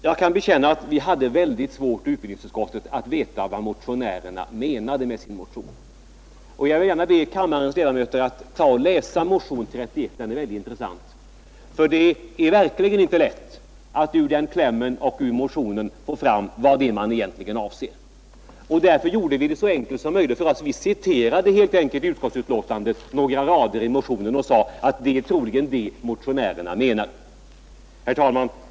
Jag kan bekänna att vi hade väldigt svårt att förstå vad motionärerna menade med sin motion. Jag vill gärna be kammarens ledamöter att läsa motionen 31 — den är väldigt intressant. Det är verkligen inte lätt att ur den klämmen och ur motionen få fram vad man egentligen avser. Därför gjorde vi det så enkelt som möjligt för oss. Vi citerade helt enkelt i betänkandet några rader ur motionen och sade, att det är troligen detta som motionärerna menar. Herr talman!